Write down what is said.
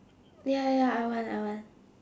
ya ya ya I want I want